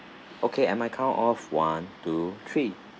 okay at my count of one two three